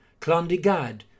Clondigad